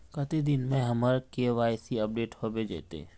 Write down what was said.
कते दिन में हमर के.वाई.सी अपडेट होबे जयते?